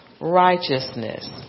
righteousness